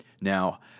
Now